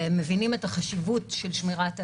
ומבינים את החשיבות של שמירת הערכה.